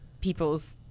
people's